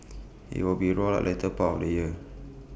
IT will be rolled out later part of the year